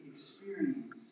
Experience